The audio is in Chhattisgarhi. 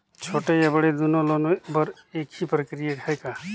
छोटे या बड़े दुनो लोन बर एक ही प्रक्रिया है का?